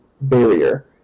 barrier